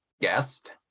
guest